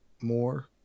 more